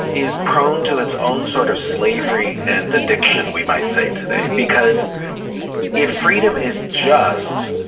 is prone to its own sort of slavery and addiction. we might say today because if freedom is just